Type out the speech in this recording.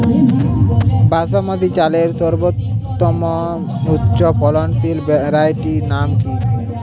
বাসমতী চালের সর্বোত্তম উচ্চ ফলনশীল ভ্যারাইটির নাম কি?